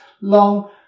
long